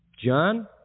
John